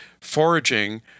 foraging